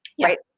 right